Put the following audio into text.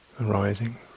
arising